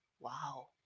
wow